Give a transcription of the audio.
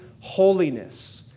holiness